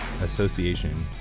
association